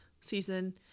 season